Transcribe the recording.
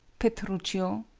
petruchio.